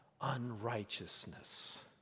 unrighteousness